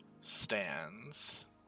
stands